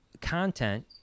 content